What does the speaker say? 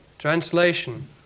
Translation